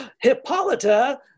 Hippolyta